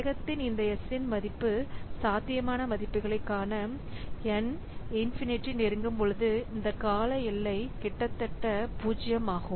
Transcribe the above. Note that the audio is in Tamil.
வேகத்தின் இந்த S இன் சாத்தியமான மதிப்புகளைக் காண N இன்ஃபினிட்டி நெருங்கும் போது இந்த கால எல்லை கிட்டத்தட்ட 0 ஆகும்